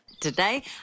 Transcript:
Today